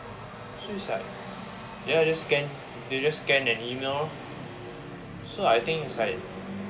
so it's like ya just scan they just scan and E mail lor so I think it's like